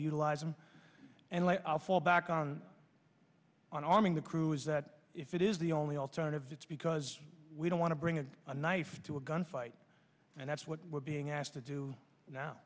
utilize them and i'll fall back on on arming the crew is that if it is the only alternative it's because we don't want to bring a knife to a gunfight and that's what we're being asked to do now